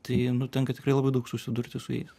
tai nutinka tikrai labai daug susidurti su jais